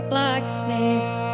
Blacksmith